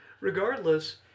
Regardless